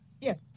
Yes